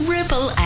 Ripple